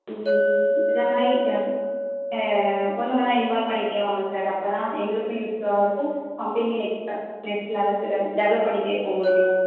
இதை மாதிரி ஒன்று ஒன்றா இன்வால்வ் பண்ணிகிட்டே வாங்க சார் அப்போ தான் எங்களுக்கும் யூஸ்ஃபுல்லாவும் இருக்கும் கம்பெனியும் நெக்ஸ்ட் லெ நெக்ஸ்ட்டு லெவலுக்கு டெ டெவலப் பண்ணிகிட்டே போகமுடியும்